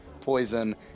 Poison